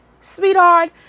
sweetheart